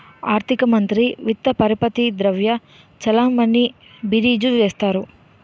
ఆర్థిక మంత్రి విత్త పరపతి ద్రవ్య చలామణి బీరీజు వేస్తారు